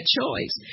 choice